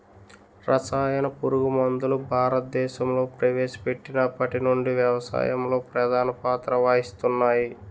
రసాయన పురుగుమందులు భారతదేశంలో ప్రవేశపెట్టినప్పటి నుండి వ్యవసాయంలో ప్రధాన పాత్ర వహిస్తున్నాయి